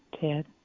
Ted